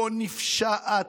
כה נפשעת,